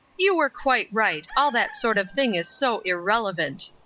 you were quite right. all that sort of thing is so irrelevant.